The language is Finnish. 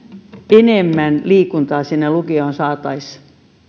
enemmän liikuntaa sinne lukioon saataisiin